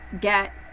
get